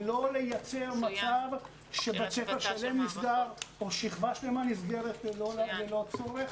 ולא לייצר מצב שבית ספר שלם נסגר או שכבה שלמה נסגרת ללא צורך.